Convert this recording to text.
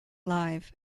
live